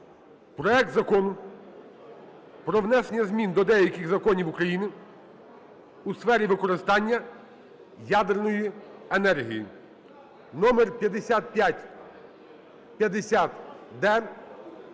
проект Закону про внесення змін до деяких законів України у сфері використання ядерної енергії (№ 5550-д)